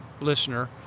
listener